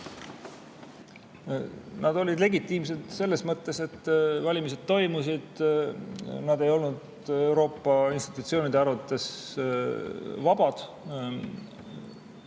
Need olid legitiimsed selles mõttes, et valimised toimusid. Need ei olnud Euroopa institutsioonide arvates vabad.